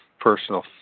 personal